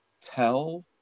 tell